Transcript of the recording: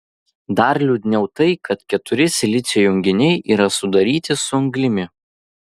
dar liūdniau tai kad keturi silicio junginiai yra sudaryti su anglimi